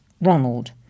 Ronald